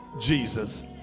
Jesus